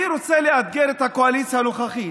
אני רוצה לאתגר את הקואליציה הנוכחית